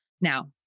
Now